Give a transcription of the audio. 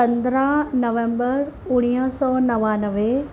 पंद्रहां नवेम्बर उणिवीह सौ नवानवे